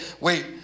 wait